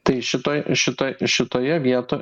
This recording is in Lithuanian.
tai šitoj šitoj šitoje vieto